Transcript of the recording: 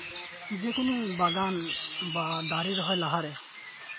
ᱡᱮ ᱠᱳᱱᱳ ᱵᱟᱜᱟᱱ ᱵᱟ ᱫᱟᱨᱮ ᱨᱚᱦᱚᱭ ᱞᱟᱦᱟᱨᱮ